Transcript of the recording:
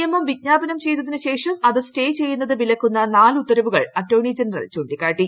നിയമം വിജ്ഞാപനം ചെയ്തതിനു ശേഷം അത് സ്റ്റേ ചെയ്യുന്നത് വിലക്കുന്ന നാല് ഉത്തരവുകൾ അറ്റോർണി ജനറൽ ചൂണ്ടിക്കാട്ടി